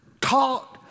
taught